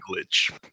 glitch